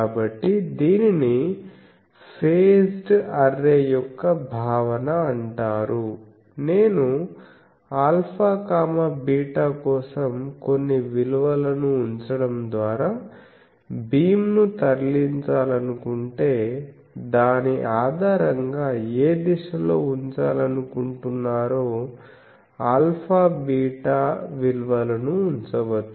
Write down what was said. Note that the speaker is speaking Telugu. కాబట్టి దీనిని ఫేజ్డ్ అర్రే యొక్క భావన అంటారు నేను α β కోసం కొన్ని విలువలను ఉంచడం ద్వారా బీమ్ ను తరలించాలనుకుంటే దాని ఆధారంగా ఏ దిశలో ఉంచాలనుకుంటున్నారో α β విలువలను ఉంచవచ్చు